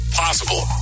possible